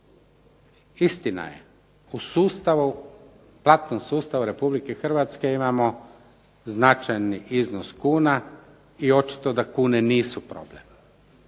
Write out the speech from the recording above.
Istina je, u sustavu, platnom sustavu Republike Hrvatske imamo značajni iznos kuna i očito da kune nisu problem.